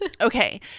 Okay